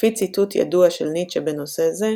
לפי ציטוט ידוע של ניטשה בנושא זה,